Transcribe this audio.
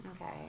Okay